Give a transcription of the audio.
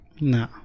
No